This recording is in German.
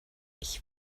ich